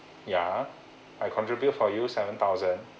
ya I contribute for you seven thousand